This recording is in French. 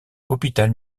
hôpital